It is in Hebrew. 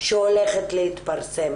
שהולכת להתפרסם.